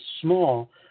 small